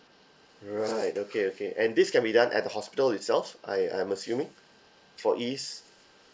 right okay okay and this can be done at the hospital itself I I'm assuming for ease